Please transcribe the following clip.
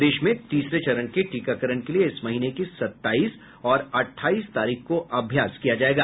प्रदेश में तीसरे चरण के टीकाकरण के लिए इस महीने की सत्ताईस और अट्ठाईस तारीख को अभ्यास किया जाएगा